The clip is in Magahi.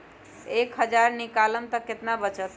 एक हज़ार निकालम त कितना वचत?